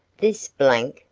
this blank,